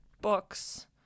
books